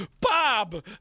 Bob